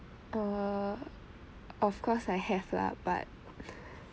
err of course I have lah but